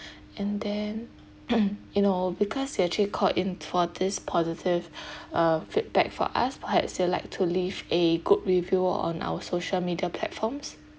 and then you know because you actually called in for this positive uh feedback for us perhaps you'd like to leave a good review on our social media platforms